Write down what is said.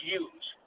use